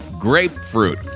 Grapefruit